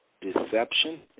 Deception